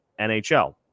NHL